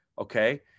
Okay